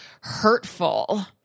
hurtful